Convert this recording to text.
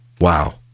Wow